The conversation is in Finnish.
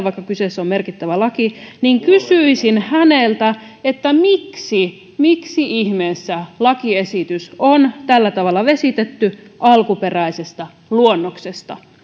vaikka kyseessä on merkittävä laki niin kysyisin häneltä miksi miksi ihmeessä lakiesitys on tällä tavalla vesitetty alkuperäisestä luonnoksesta